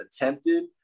attempted